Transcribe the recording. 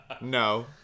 No